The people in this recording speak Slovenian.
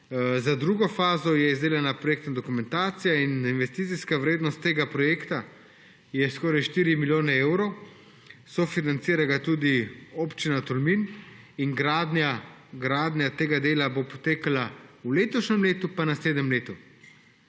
Za drugo fazo je izdelana projektna dokumentacija. Investicijska vrednost tega projekta je skoraj 4 milijone evrov, sofinancira ga tudi Občina Tolmin. Gradnja tega dela bo potekala v letošnjem letu pa v naslednjem letu.